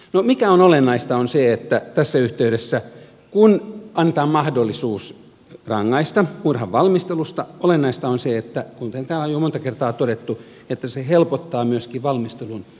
no se mikä on olennaista on se että kun tässä yhteydessä annetaan mahdollisuus rangaista murhan valmistelusta niin kuten täällä on jo monta kertaa todettu se helpottaa myöskin valmistelun estämistä